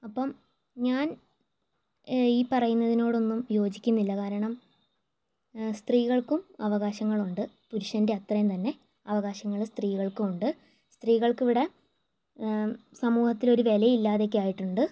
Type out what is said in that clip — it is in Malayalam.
അപ്പോൾ ഞാൻ ഈ പറയുന്നതിനോടൊന്നും യോജിക്കുന്നില്ല കാരണം സ്ത്രീകൾക്കും അവകാശങ്ങളുണ്ട് പുരുഷന്റെ അത്രെയും തന്നെ അവകാശങ്ങൾ സ്ത്രീകൾക്കും ഉണ്ട് സ്ത്രീകൾക്ക് ഇവിടെ സമൂഹത്തിൽ ഒരു വിലയില്ലാതെ ഒക്കെ ആയിട്ടുണ്ട്